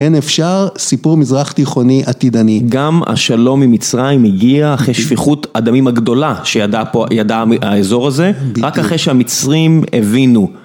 הן אפשר, סיפור מזרח תיכוני עתידני. גם השלום ממצרים הגיע אחרי שפיכות הדמים הגדולה שידע האזור הזה. רק אחרי שהמצרים הבינו